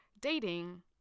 Dating